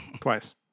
Twice